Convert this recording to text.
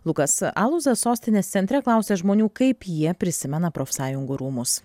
lukas aluza sostinės centre klausia žmonių kaip jie prisimena profsąjungų rūmus